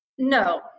No